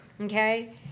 Okay